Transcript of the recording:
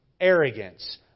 Arrogance